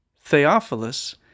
Theophilus